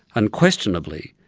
unquestionably,